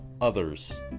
others